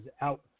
out